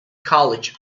college